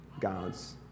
God's